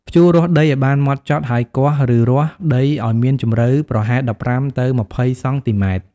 ភ្ជួររាស់ដីឱ្យបានហ្មត់ចត់ ហើយគាស់ឬរាស់ដីឱ្យមានជម្រៅប្រហែល ១៥ ទៅ ២០ សង់ទីម៉ែត្រ។